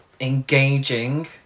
engaging